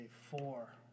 Four